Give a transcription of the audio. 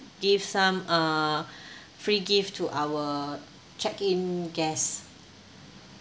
give some uh free gift to our check in guests